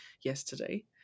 yesterday